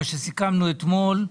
מה שסיכמנו אתמול,